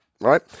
right